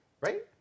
Right